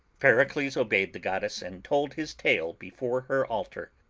pericles obeyed the goddess and told his tale before her altar.